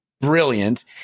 brilliant